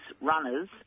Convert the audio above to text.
runners